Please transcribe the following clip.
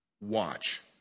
watch